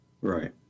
Right